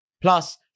Plus